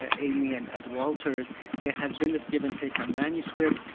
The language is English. ah amy, and at walters there has been this give and take on manuscripts.